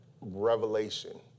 revelation